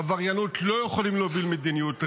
בעבריינות לא יכולים להוביל מדיניות,